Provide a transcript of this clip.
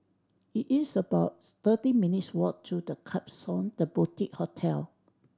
it is about thirteen minutes' walk to The Klapsons The Boutique Hotel